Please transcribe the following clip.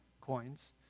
coins